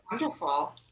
wonderful